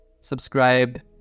subscribe